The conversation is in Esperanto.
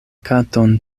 katon